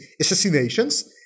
assassinations